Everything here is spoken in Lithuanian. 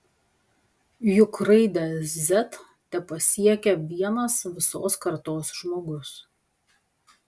juk raidę z tepasiekia vienas visos kartos žmogus